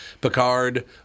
Picard